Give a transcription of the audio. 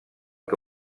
que